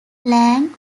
lang